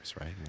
right